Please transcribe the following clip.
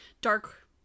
Dark